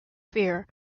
fear